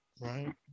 right